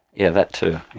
yeah that too.